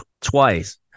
twice